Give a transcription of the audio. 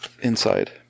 inside